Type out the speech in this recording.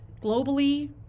globally